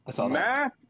Math